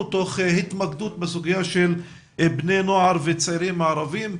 תוך התמקדות בסוגיה של בני נוער וצעירים ערבים.